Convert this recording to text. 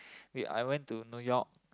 wait I went to New-York